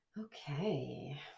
Okay